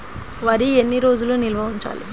వరి ఎన్ని రోజులు నిల్వ ఉంచాలి?